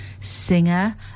singer